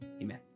Amen